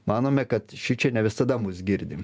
manome kad šičia ne visada mus girdi